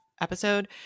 episode